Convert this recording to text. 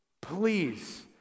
Please